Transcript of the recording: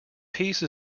piece